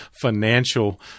financial